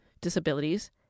disabilities